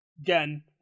again